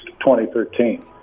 2013